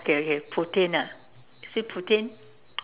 okay okay Putien ah is it Putien